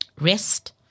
Rest